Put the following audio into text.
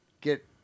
get